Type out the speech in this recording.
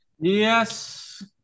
Yes